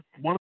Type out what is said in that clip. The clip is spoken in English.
one